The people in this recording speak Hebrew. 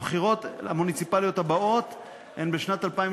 הבחירות המוניציפליות הבאות הן בשנת 2018,